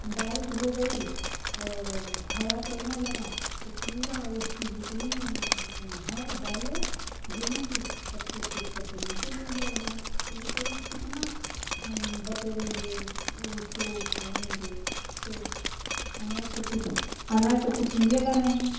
बारिश हो गई और हवा चलने लगा तो पूरा उसके जितनी है बालें गेहूँ की सब टूट टूट करके नीचे गिर जाएगा तो बताइए कि कितना हम बटोरेंगे उसको उठाएँगे तो अनाज तो कुछ अनाज तो कुछ मिलेगा नहीं